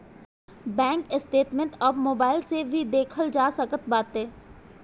bank statement अब mobile से भी देखल जा सकत बाटे